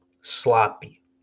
sloppy